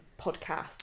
podcast